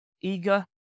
eager